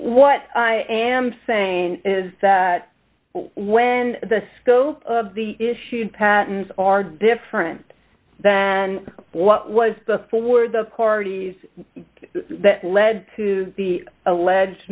what i am saying is that when the scope of the issued patents are different that what was before the parties that led to the alleged